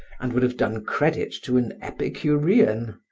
and would have done credit to an epicurean.